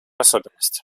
особенность